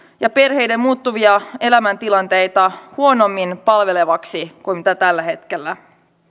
ja perheiden muuttuvia elämäntilanteita huonommin palvelevan kuin se on tällä hetkellä